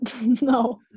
No